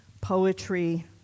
poetry